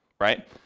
right